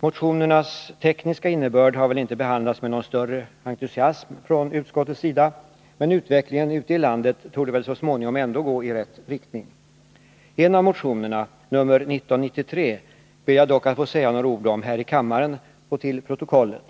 Motionernas tekniska innebörd har väl inte behandlats med någon större entusiasm från utskottets sida, men utvecklingen ute i landet torde så småningom ändå gå i rätt riktning. En av motionerna, nr 1993, ber jag dock att få säga några ord om här i kammaren och till protokollet.